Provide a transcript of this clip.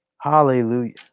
Hallelujah